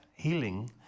healing